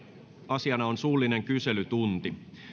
asiana on suullinen kyselytunti